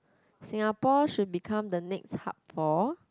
Singapore should become the next hub for